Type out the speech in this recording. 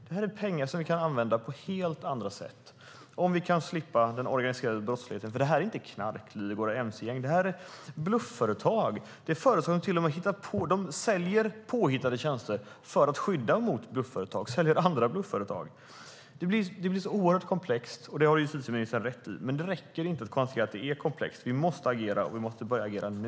Det är pengar som vi kan använda på helt andra sätt, om vi kan slippa den organiserade brottsligheten. Detta är inte knarkligor och mc-gäng, utan det är blufföretag. Det är företag som säljer påhittade tjänster för att skydda mot blufföretag, säljer andra blufföretag. Det blir oerhört komplext - det har justitieministern rätt i. Men det räcker inte att konstatera att det är komplext, utan vi måste agera, och vi måste börja agera nu.